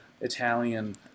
italian